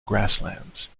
grasslands